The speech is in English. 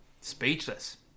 speechless